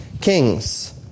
kings